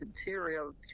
material